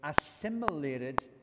assimilated